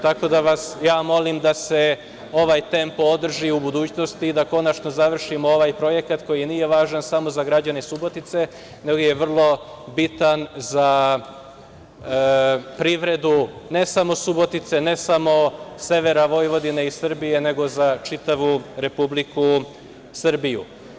Tako da, ja vas molim da se ovaj tempo održi i u budućnosti i da konačno završimo ovaj projekat, koji nije važan samo za građane Subotice, već je vrlo bitan za privredu ne samo Subotice, ne samo severa Vojvodine i Srbije, nego za čitavu Republiku Srbije.